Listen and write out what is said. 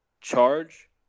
charge